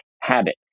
habit